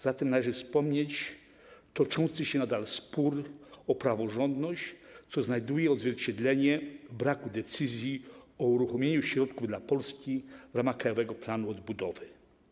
Zatem należy wspomnieć o toczącym się nadal sporze o praworządność, co znajduje odzwierciedlenie w braku decyzji o uruchomieniu środków dla Polski w ramach Krajowego Planu Odbudowy.